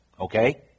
Okay